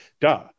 duh